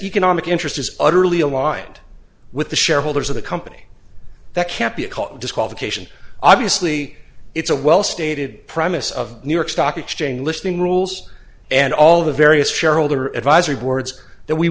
economic interest is utterly aligned with the shareholders of the company that can't be a disqualification obviously it's a well stated premise of new york stock exchange listening rules and all the various shareholder advisory boards that we